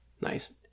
Nice